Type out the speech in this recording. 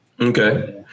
Okay